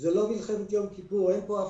זו לא מלחמת יום כיפור, אין פה הפתעה.